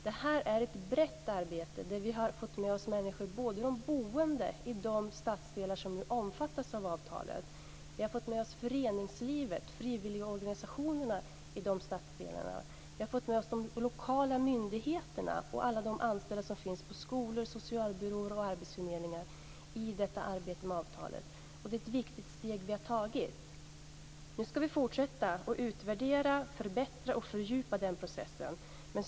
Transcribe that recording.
Detta är ett brett arbete. Vi har fått med oss de boende i de stadsdelar som omfattas av avtalet. Vi har fått med oss föreningslivet, frivilligorganisationerna, de lokala myndigheterna och alla de anställda som finns på skolor, socialbyråer och arbetsförmedlingar i arbetet med avtalet. Det är ett viktigt steg vi har tagit. Nu ska vi fortsätta, utvärdera, förbättra och fördjupa den processen.